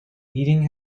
eating